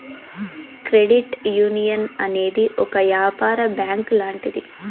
credit union అనేది ఒక యాపార బ్యాంక్ లాంటిది